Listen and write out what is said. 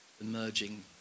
emerging